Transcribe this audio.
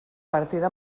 partida